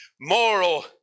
Moral